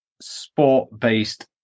sport-based